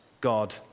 God